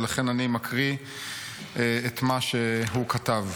ולכן אני מקריא את מה שהוא כתב.